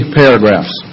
paragraphs